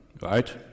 right